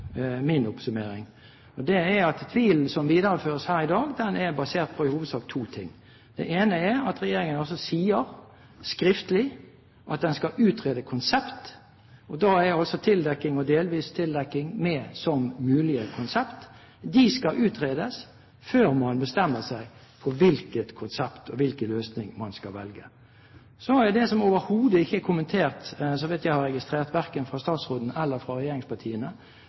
min oppsummering: Tvilen som videreføres her i dag, er i hovedsak basert på to ting. Det ene er at regjeringen skriftlig sier at den skal utrede konsept, og da er altså tildekking og delvis tildekking med som mulige konsept. Det skal utredes før man bestemmer seg for hvilket konsept og hvilken løsning man skal velge. Så til det som overhodet ikke er kommentert, så vidt jeg har registrert – verken fra statsråden eller fra regjeringspartiene